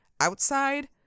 Outside